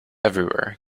everywhere